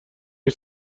این